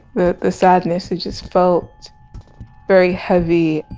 the the sadness, it just felt very heavy